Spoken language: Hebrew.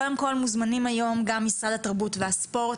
קודם כל מוזמנים היום גם משרד התרבות והספורט,